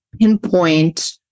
pinpoint